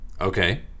Okay